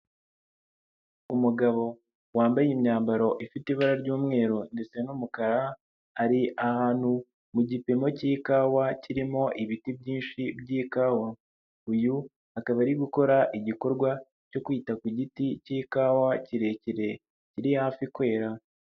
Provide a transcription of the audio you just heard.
Umugabo wambaye imyambaro ifite ibara ry'umweru ndetse n'umukara ari ahantu mu gipimo cy'ikawa kirimo ibiti byinshi by'ikawa, uyu akaba ari gukora igikorwa cyo kwita ku giti cy'ikawa kirekire kiri hafi kwera.